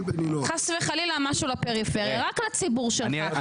הצעות טובות רק לציבור שלך.